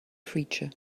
creature